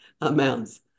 amounts